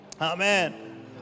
Amen